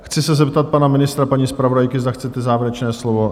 Chci se zeptat pana ministra, paní zpravodajky, zda chcete závěrečné slovo?